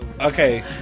Okay